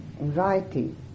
anxiety